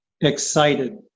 excited